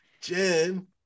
Jen